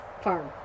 Farm